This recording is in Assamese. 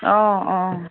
অঁ অঁ